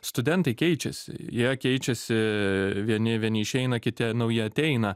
studentai keičiasi jie keičiasi vieni vieni išeina kiti nauji ateina